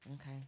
Okay